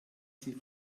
sie